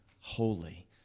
holy